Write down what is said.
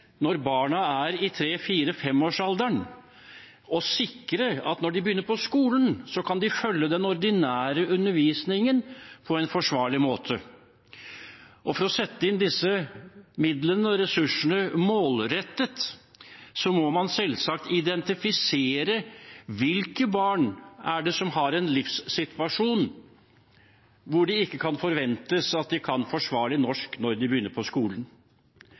når barna er i 3–4–5-årsalderen, for å sikre at når de begynner på skolen, kan de følge den ordinære undervisningen på en forsvarlig måte. For å sette inn disse midlene og ressursene målrettet må man selvsagt identifisere hvilke barn det er som har en livssituasjon som gjør at det ikke kan forventes at de kan forsvarlig norsk når de begynner på skolen.